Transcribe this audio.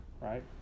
right